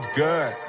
good